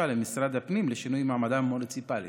למשרד הפנים לשינוי מעמדם המוניציפלי.